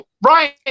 Brian